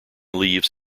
leaves